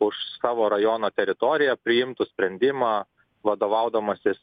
už savo rajono teritoriją priimtų sprendimą vadovaudamasis